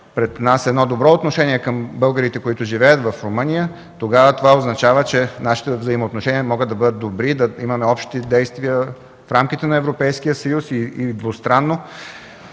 пред нас имаме едно добро отношение към българите, които живеят в Румъния, това означава, че нашите взаимоотношения могат да бъдат добри, да имаме общи действия в рамките на Европейския съюз и двустранно.